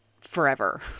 forever